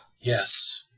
Yes